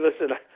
Listen